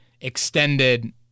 extended –